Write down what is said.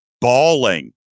bawling